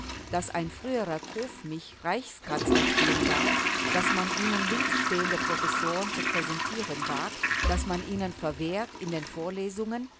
daß ein früherer koofmich reichskanzler spielen darf daß man ihnen linksstehende professoren zu präsentieren wagt daß man ihnen verwehrt in den vorlesungen